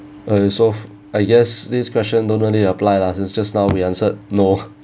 uh so I guess this question don't really apply lah since just now we answered no